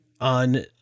on